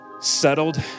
settled